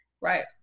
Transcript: Right